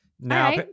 Now